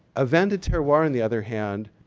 a vin de terroir, on the other hand,